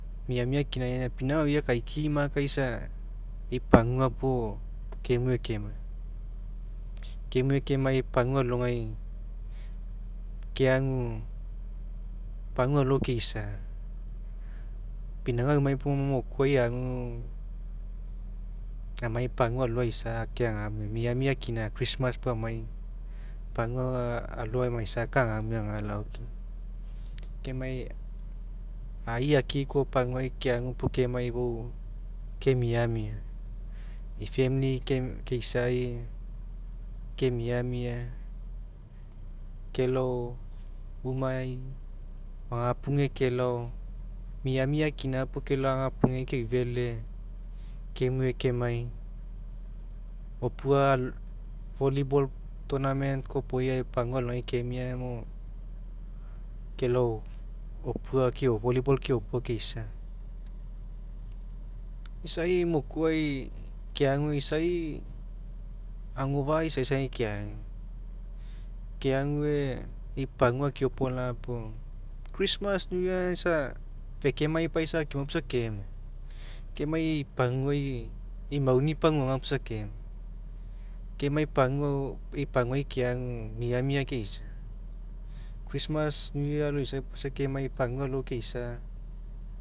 Miamia kina aga pinauga aui akaikiai ma ai sa e'i pagua puo kemue kemai. Kemue ke ai pagua alogai keagu pagua alo ke isai pinauga aui mai puo mokuai agu amai pagua alo kai agamue miamia kina christmas puo amai pagua afa alo amaisa kai agamue agalao. Kemai aii akii koa paguai keague puo kemai fou kemiamia e'i famili keisai kemiamia kelao umai agapuge kelao miamia kina puo kelao agapugeai keufele kemue kemai opua volleyball tournament kopoga pagua aloiai ke ia mo kelao opua ke volleyball keopua keisa. Isai mokuai keague isai agofa'a isaisai gae keague, keague e'i pagua keopolaga puo. Christmas new year aga isa fekemai paisa keoma puo isa kemai kemai e'i paguai ei mauni paguagai puo isa kemai kemai pagua e'i paguai keagu miamia keisa christmas new year aloisai puo isa kemai pagua aloi keisa